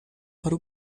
para